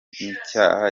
icyaha